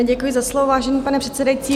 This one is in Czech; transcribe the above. Děkuji za slovo, vážený pane předsedající.